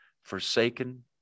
forsaken